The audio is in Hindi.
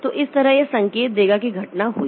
तो इस तरह यह संकेत देगा कि घटना हुई